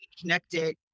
connected